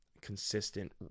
consistent